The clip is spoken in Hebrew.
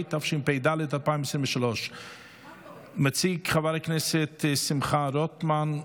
התשפ"ד 2023. מציג חבר הכנסת שמחה רוטמן,